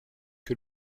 que